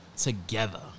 together